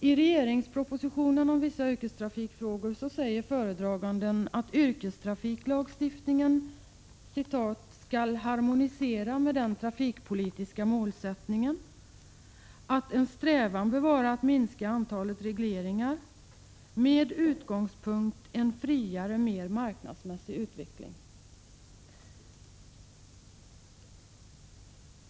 I regeringspropositionen om vissa yrkestrafikfrågor säger föredraganden att yrkestrafiklagstiftningen ”skall harmoniera med den trafikpolitiska målsättningen”, att en ”strävan bör vara att minska antalet regleringar” och att utgångspunkten ”bör vara en friare, mer marknadsmässig utveckling”.